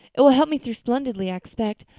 it will help me through splendidly, i expect.